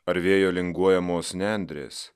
ar vėjo linguojamos nendrės